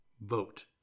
vote